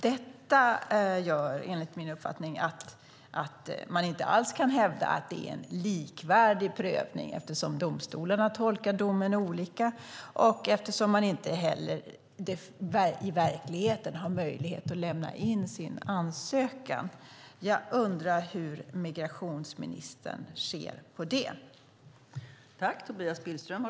Detta gör enligt min uppfattning att man inte alls kan hävda att det är en likvärdig prövning, detta eftersom domstolarna tolkar domen olika och man i verkligheten inte heller har möjlighet att lämna in sin ansökan. Jag undrar hur migrationsministern ser på detta.